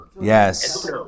yes